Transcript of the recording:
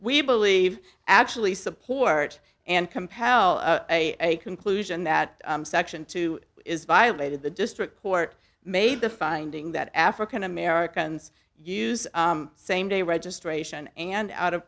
we believe actually support and compel a conclusion that section two is violated the district court made the finding that african americans use same day registration and out of